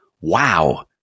wow